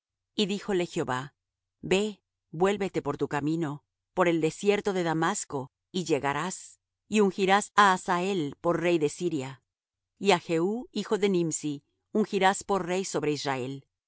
y díjole jehová ve vuélvete por tu camino por el desierto de damasco y llegarás y ungirás á hazael por rey de siria y á jehú hijo de nimsi ungirás por rey sobre israel